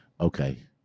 Okay